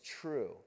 true